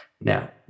Now